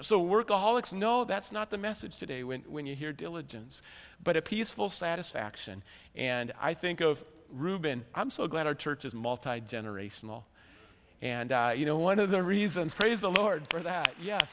so workaholics know that's not the message today when when you hear diligence but a peaceful satisfaction and i think of ruben i'm so glad our church is multi generational and you know one of the reasons praise the lord for that ye